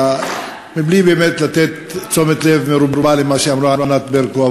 בלי לתת תשומת לב מרובה למה שאמרה ענת ברקו,